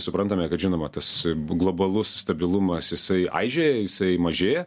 suprantame kad žinoma tas globalus stabilumas jisai aižėja jisai mažėja